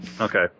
Okay